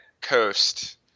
coast